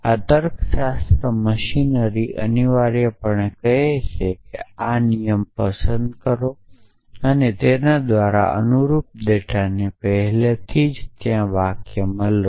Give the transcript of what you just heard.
આ તર્કશાસ્ત્ર મશીન અનિવાર્યપણે કહે છે કે આ નિયમ પસંદ કરો અને તેના દ્વારા અનુરૂપ ડેટાને પહેલાથી જ ત્યાંના વાક્યોમાં લો